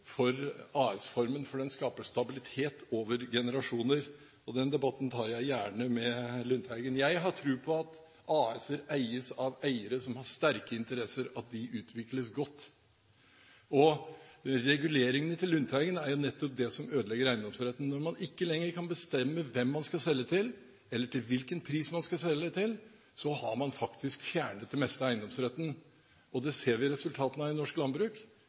for AS-formen, for den skaper stabilitet over generasjoner. Den debatten tar jeg gjerne med Lundteigen. Jeg har tro på at AS-er med eiere som har sterke interesser, utvikles godt. Reguleringene til Lundteigen er jo nettopp det som ødelegger eiendomsretten. Når man ikke lenger kan bestemme hvem man skal selge til, eller til hvilken pris man skal selge, har man faktisk fjernet det meste av eiendomsretten. Det ser vi resultatene av i norsk landbruk: